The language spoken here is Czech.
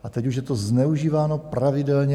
A teď už je to zneužíváno pravidelně.